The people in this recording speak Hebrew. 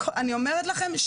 אני אורמת לכם,